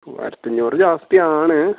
ആയിരത്തഞ്ഞൂറ് ജാസ്തിയാണ്